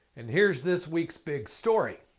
and here's this week's big story.